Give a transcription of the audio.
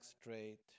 straight